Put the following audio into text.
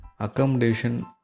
Accommodation